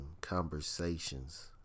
conversations